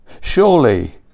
Surely